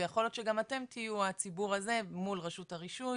ויכול להיות שגם אתם תהיו הציבור הזה מול רשות הרישוי